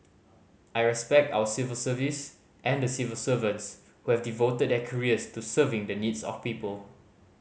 I respect our civil service and the civil servants who have devoted their careers to serving the needs of people